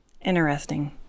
Interesting